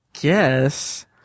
guess